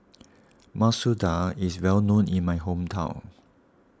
Masoor Dal is well known in my hometown